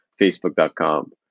facebook.com